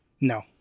No